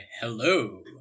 hello